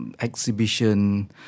exhibition